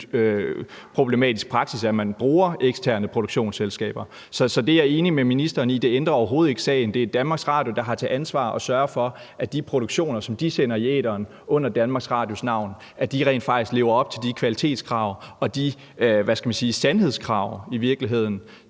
problematisk praksis, at man bruger eksterne produktionsselskaber. Så det er jeg enig med ministeren i. Det ændrer overhovedet ikke sagen. Det er DR, der har til ansvar at sørge for, at de produktioner, som de sender i æteren i DR's navn, rent faktisk lever op til de kvalitetskrav og de, hvad skal man sige, sandhedskrav i virkeligheden,